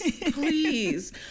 please